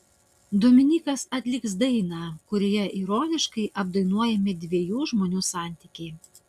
dominykas atliks dainą kurioje ironiškai apdainuojami dviejų žmonių santykiai